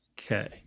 Okay